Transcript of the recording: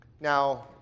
Now